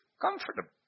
comfortable